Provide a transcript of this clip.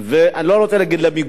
ואני לא רוצה להגיד למיגור,